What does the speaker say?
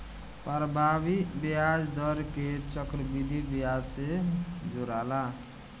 प्रभावी ब्याज दर के चक्रविधि ब्याज से जोराला